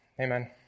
Amen